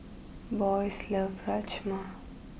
Boyce loves Rajma